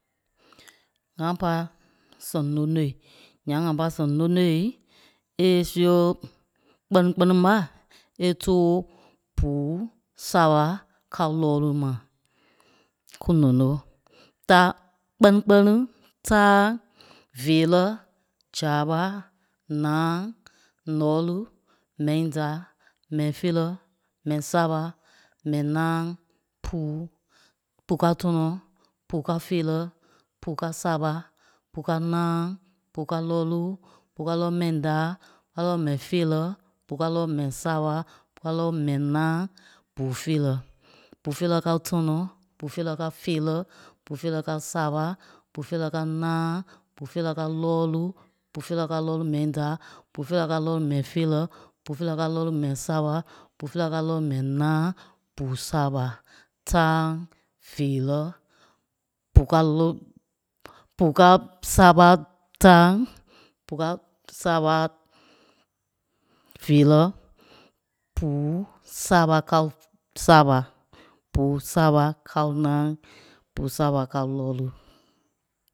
ŋãa pâ sɛŋ nonoi, ǹyaŋ ŋa pá sɛŋ lonoi é siɣe kpɛ́ni kpɛni mâ é tóo buu saaɓa káo lɔ́ɔlu mâ. Kú nono. Tá- kpɛ́ni kpɛni Táaŋ Veerɛ Zaaɓa Ǹáaŋ Ǹɔɔlu Mɛi da Mɛi feerɛ Mɛi saaɓa Mɛi náaŋ Puu Puu káo tɔnɔ Puu káo feerɛ Puu káo saaɓa Puu káo náaŋ Puu káo lɔ́ɔlu Puu káo lɔ́ɔlu mɛi da Puu káo lɔ́ɔlu mɛi feerɛ Puu káo lɔ́ɔlu mɛi saaɓa Puu káo lɔ́ɔlu mɛi náaŋ Buu feerɛ Buu feerɛ káo tɔnɔ Buu feerɛ káo feerɛ Buu feerɛ káo saaɓa Buu feerɛ káo náaŋ Buu feerɛ káo lɔ́ɔlu Buu feerɛ káo lɔ́ɔlu mɛi da Buu feerɛ káo lɔ́ɔlu mɛi feerɛ Buu feerɛ káo lɔ́ɔlu mɛi saaɓa Buu feerɛ káo lɔ́ɔlu mɛi náaŋ Buu saaɓa Táaŋ Veerɛ Bu káo lɔ́- buu káo saaɓa táaŋ Bu káo saaɓa táaŋ Bu káo saaɓa feerɛ Buu saaɓa káo saaɓa Buu saaɓa káo náaŋ Buu saaɓa káo lɔ́ɔlu